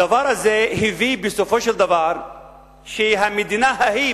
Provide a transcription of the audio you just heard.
הדבר הזה הביא בסופו של דבר שהמדינה ההיא,